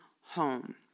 home